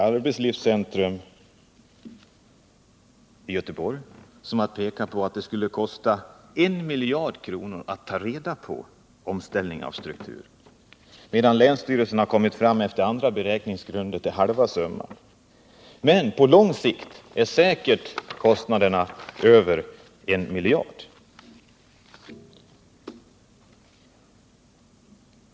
Arbetslivscentrum i Göteborg har pekat på att det skulle kosta en miljard kronor att ställa till rätta efter en omställning av strukturen, medan länsstyrelsen på andra beräkningsgrunder har kommit fram till halva summan. Men på lång sikt kommer kostnaderna säkert att uppgå till över en miljard.